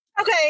Okay